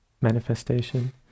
manifestation